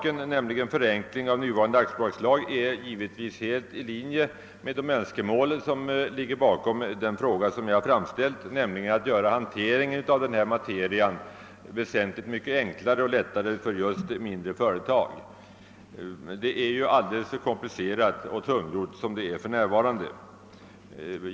En förenkling av nuvarande aktiebolagslag är givetvis helt i linje med de önskemål som ligger bakom den fråga jag framställt, nämligen att hanteringen av denna materia skall göras väsentligt mycket enklare för just mindre företag. Det hela är alldeles för komplicerat och tungrott för närvarande.